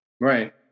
Right